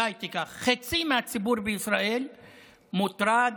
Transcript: חצי מהציבור בישראל מוטרד,